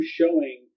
showing